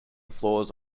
floors